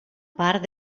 part